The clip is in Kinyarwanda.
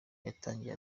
yatangiye